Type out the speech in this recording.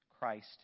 Christ